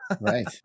Right